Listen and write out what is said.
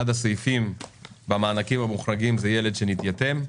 אחד הסעיפים במענקים המוחרגים הוא ילד שנתייתם.